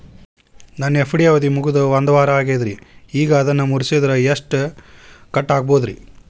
ನನ್ನ ಎಫ್.ಡಿ ಅವಧಿ ಮುಗಿದು ಒಂದವಾರ ಆಗೇದ್ರಿ ಈಗ ಅದನ್ನ ಮುರಿಸಿದ್ರ ಎಷ್ಟ ಕಟ್ ಆಗ್ಬೋದ್ರಿ?